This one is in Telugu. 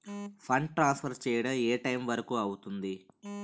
ఫండ్ ట్రాన్సఫర్ చేయడం ఏ టైం వరుకు అవుతుంది?